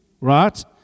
right